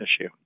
issue